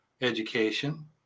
education